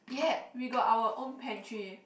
ya we got our own pantry